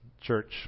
church